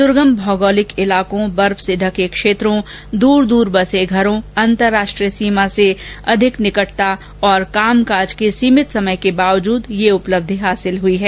दूर्गम भौगोलिक इलाकों बर्फ से ढके क्षेत्रों दूर दूर बसे घरों अंतर्राष्ट्रीय सीमा से अधिक निकटता और कामकाज के सीमित समय के बावजूद ये उपलब्धि हासिल हुई है